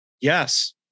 yes